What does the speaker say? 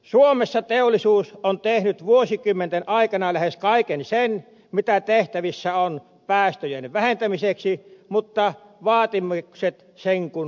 suomessa teollisuus on tehnyt vuosikymmenten aikana lähes kaiken sen mitä tehtävissä on päästöjen vähentämiseksi mutta vaatimukset sen kuin lisääntyvät